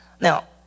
Now